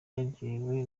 yaryohewe